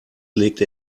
legte